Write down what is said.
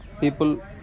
people